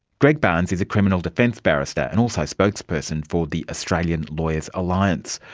greg barns is a criminal defence barrister and also spokesperson for the australian lawyers alliance.